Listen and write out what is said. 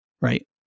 Right